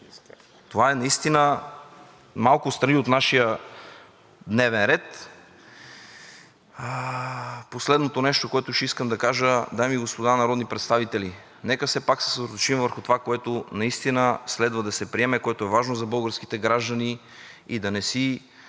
Това е наистина малко встрани от нашия дневен ред. Последното нещо, което ще искам да кажа, е: дами и господа народни представители, нека все пак се съсредоточим върху това, което наистина следва да се приеме, което е важно за българските граждани, и да не си